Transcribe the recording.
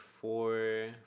four